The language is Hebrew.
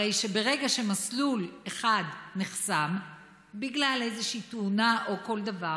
הרי שברגע שמסלול אחד נחסם בגלל איזושהי תאונה או כל דבר,